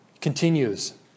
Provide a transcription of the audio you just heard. Continues